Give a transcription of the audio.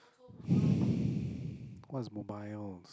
what's mobiles